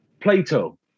Plato